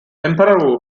emperor